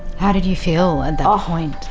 how did you feel at that point?